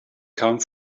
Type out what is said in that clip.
come